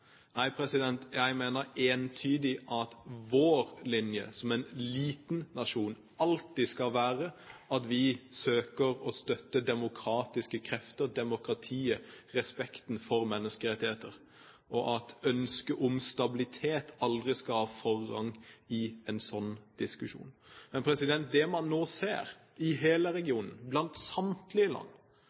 Jeg mener entydig at vår linje, som en liten nasjon, alltid skal være at vi søker å støtte demokratiske krefter, demokratiet, respekten for menneskerettigheter, og at ønsket om stabilitet aldri skal ha forrang i en sånn diskusjon. Det man nå ser i hele regionen, blant samtlige land,